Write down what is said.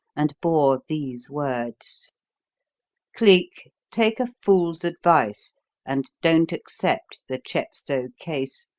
and bore these words cleek, take a fool's advice and don't accept the chepstow case.